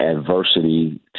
adversity